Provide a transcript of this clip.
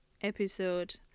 episode